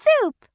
soup